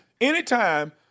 anytime